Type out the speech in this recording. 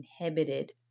inhibited